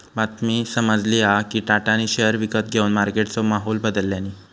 बातमी समाजली हा कि टाटानी शेयर विकत घेवन मार्केटचो माहोल बदलल्यांनी